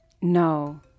No